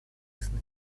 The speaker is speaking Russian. ясны